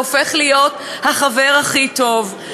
והפך להיות החבר הכי טוב,